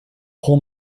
pull